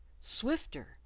swifter